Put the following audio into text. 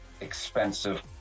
expensive